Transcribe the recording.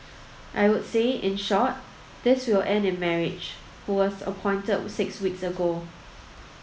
I would say in short this will end in marriage who was appointed six weeks ago